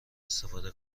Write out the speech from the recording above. استفاده